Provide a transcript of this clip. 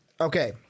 Okay